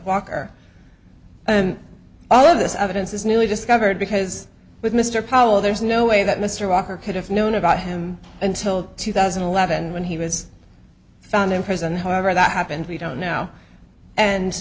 walker and all of this evidence is newly discovered because with mr powell there is no way that mr walker could have known about him until two thousand and eleven when he was found in prison however that happened we don't now and